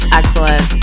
excellent